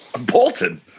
Bolton